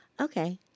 Okay